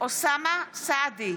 אוסאמה סעדי,